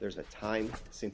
there's a time since